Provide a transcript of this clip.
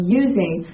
using